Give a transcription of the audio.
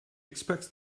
expects